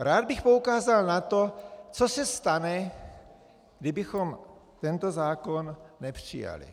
Rád bych poukázal na to, co se stane, kdybychom tento zákon nepřijali.